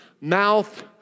mouth